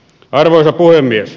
arvoisa puhemies